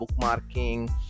bookmarking